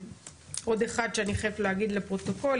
עוד אחד שאני חייבת להגיד לפרוטוקול,